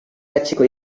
hatxeko